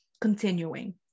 continuing